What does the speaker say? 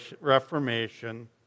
Reformation